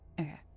Okay